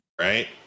Right